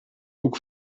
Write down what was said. hoek